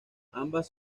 ambas